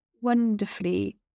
wonderfully